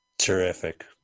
Terrific